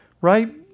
right